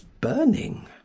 burning